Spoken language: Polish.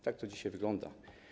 Tak to dzisiaj wygląda.